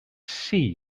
see